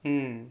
mm